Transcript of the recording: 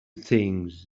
things